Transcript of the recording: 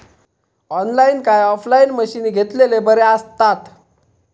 Online काय offline मशीनी घेतलेले बरे आसतात?